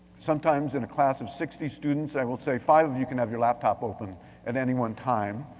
sometimes in a class of sixty students i will say, five of you can have your laptop open at any one time,